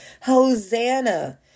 Hosanna